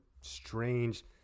strange